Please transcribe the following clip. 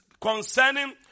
Concerning